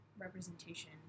representation